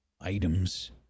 items